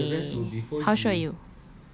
oh !chey! how sure are you